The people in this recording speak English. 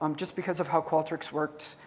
um just because of how qualtrics works,